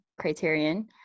Criterion